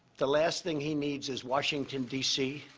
the last thing he needs is washington, d c.